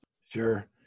Sure